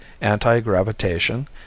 anti-gravitation